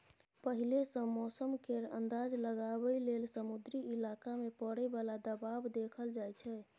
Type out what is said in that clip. पहिले सँ मौसम केर अंदाज लगाबइ लेल समुद्री इलाका मे परय बला दबाव देखल जाइ छै